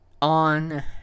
On